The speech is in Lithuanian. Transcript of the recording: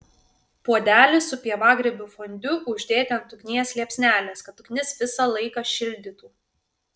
puodelį su pievagrybių fondiu uždėti ant ugnies liepsnelės kad ugnis visą laiką šildytų